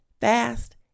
fast